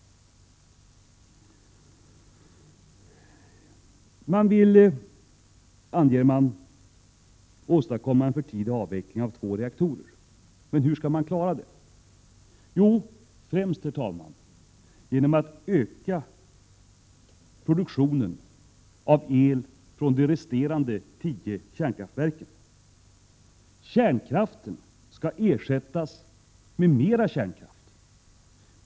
Man vill, anger man, åstadkomma en förtida avveckling av två reaktorer. Men hur skall man klara det? Jo, främst genom att öka produktionen av el i de resterande tio kärnkraftverken. Kärnkraften skall ersättas med mera kärnkraft.